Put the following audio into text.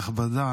כנסת נכבדה,